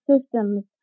systems